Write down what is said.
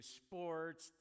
sports